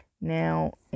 Now